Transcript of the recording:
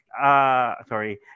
sorry